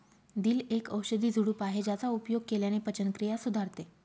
दिल एक औषधी झुडूप आहे ज्याचा उपयोग केल्याने पचनक्रिया सुधारते